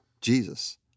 Jesus